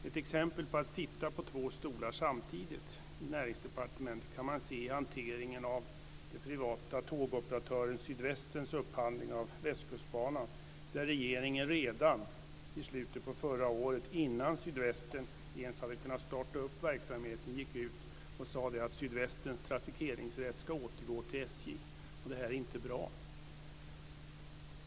Ett exempel på att sitta på två stolar samtidigt i Näringsdepartementet kan man se i hanteringen av den privata tågoperatören Sydvästens upphandling av Västkustbanan. Där gick regeringen ut redan i slutet av förra året, innan Sydvästen ens hade kunnat starta verksamheten, och sade att Sydvästens trafikeringsrätt skulle återgå till SJ. Detta är inte bra.